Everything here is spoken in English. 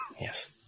yes